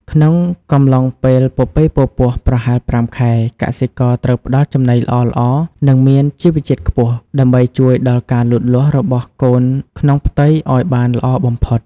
ក្នុងកំឡុងពេលពពែពរពោះប្រហែល ៥ ខែ កសិករត្រូវផ្តល់ចំណីល្អៗនិងមានជីវជាតិខ្ពស់ ដើម្បីជួយដល់ការលូតលាស់របស់កូនក្នុងផ្ទៃឲ្យបានល្អបំផុត។